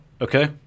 Okay